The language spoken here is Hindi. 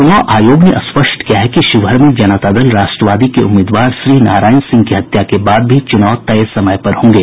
चुनाव आयोग ने स्पष्ट किया है कि शिवहर में जनता दल राष्ट्रवादी के उम्मीदवार श्रीनारायण सिंह की हत्या के बाद भी चुनाव तय समय पर होंगे